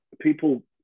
People